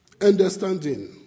understanding